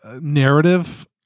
narrative